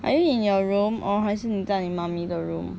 are you in your room or 还是你在你 mummy 的 room